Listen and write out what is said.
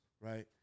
right